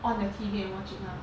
on the T_V and watch it lah